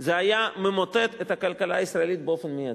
זה היה ממוטט את הכלכלה הישראלית באופן מיידי.